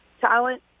talent